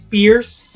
Pierce